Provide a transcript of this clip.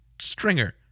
stringer